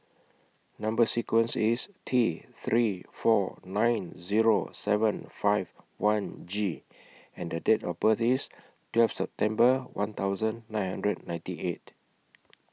Number sequence IS T three four nine Zero seven five one G and The Date of birth IS twelfth September one thousand nine hundred ninety eight